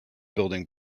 building